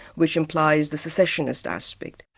which implies the secessionist aspect.